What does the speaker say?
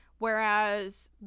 Whereas